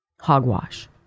Hogwash